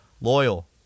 loyal